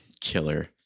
killer